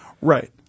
Right